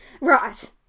Right